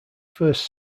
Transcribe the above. first